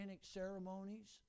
ceremonies